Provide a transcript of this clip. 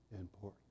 important